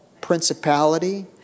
principality